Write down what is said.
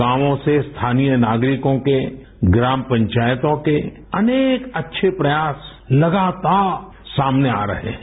गांवो से स्थानीय नागरिकों के ग्राम पंचायतों के अनेक अच्छे प्रयास लगातार सामने आ रहे हैं